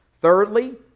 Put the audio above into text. Thirdly